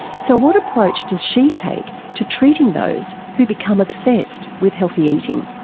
so what approach does she take to treating those who become obsessed with healthy eating?